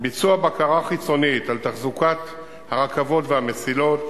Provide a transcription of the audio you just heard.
ביצוע בקרה חיצונית על תחזוקת הרכבות והמסילות,